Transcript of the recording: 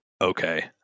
Okay